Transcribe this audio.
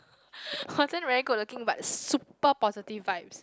wasn't very good looking but super positive vibes